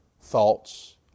thoughts